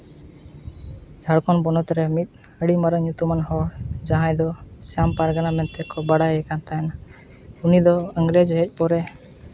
ᱡᱷᱟᱲᱠᱷᱚᱸᱰ ᱯᱚᱱᱚᱛ ᱨᱮ ᱢᱤᱫ ᱟᱹᱰᱤ ᱢᱟᱨᱟᱝ ᱧᱩᱛᱩᱢᱟᱱ ᱦᱚᱲ ᱡᱟᱦᱟᱸᱭ ᱫᱚ ᱥᱟᱢ ᱯᱟᱨᱜᱟᱱᱟ ᱢᱮᱱᱛᱮᱠᱚ ᱵᱟᱲᱟᱭᱮ ᱠᱟᱱ ᱛᱟᱦᱮᱱᱟ ᱩᱱᱤ ᱫᱚ ᱤᱝᱨᱮᱹᱡᱽ ᱦᱮᱡ ᱯᱚᱨᱮ